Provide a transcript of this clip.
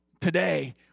today